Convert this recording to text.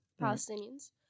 Palestinians